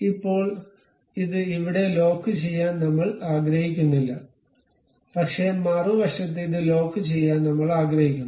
ഇപ്പോൾ ഇത് ഇവിടെ ലോക്കുചെയ്യാൻ നമ്മൾ ആഗ്രഹിക്കുന്നില്ല പക്ഷേ മറുവശത്ത് ഇത് ലോക്ക് ചെയ്യാൻ നമ്മൾ ആഗ്രഹിക്കുന്നു